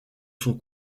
son